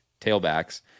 tailbacks